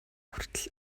хүртэл